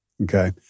okay